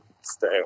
stay